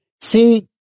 See